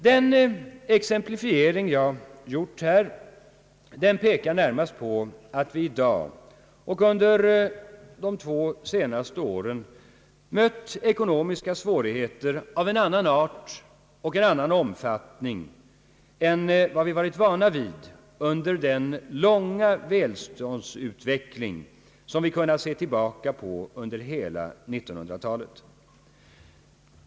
Den exemplifiering jag nu gjort pekar närmast på att vi i dag liksom varit fallet under de två senaste åren står inför ekonomiska svårigheter av en annan art och en annan omfattning än vad vi varit vana vid under den långa välståndsutveckling som vi kunnat se tillbaka på under hela 1900-talet.